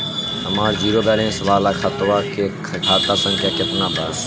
हमार zero balance वाला खतवा के खाता संख्या केतना बा?